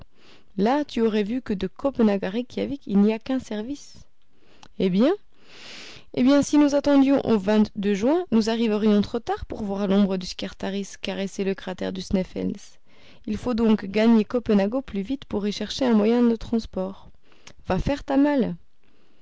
là tu aurais vu que de copenhague à reykjawik il n'y a qu'un service eh bien eh bien si nous attendions au juin nous arriverions trop tard pour voir l'ombre du scartaris caresser le cratère du sneffels il faut donc gagner copenhague au plus vite pour y chercher un moyen de transport va faire ta malle